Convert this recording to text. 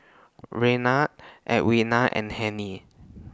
Raynard Edwina and Hennie